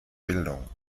bildung